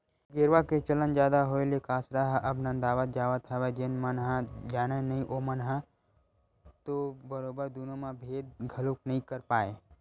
गेरवा के चलन जादा होय ले कांसरा ह अब नंदावत जावत हवय जेन मन ह जानय नइ ओमन ह तो बरोबर दुनो म भेंद घलोक नइ कर पाय